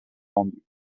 rendu